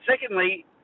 secondly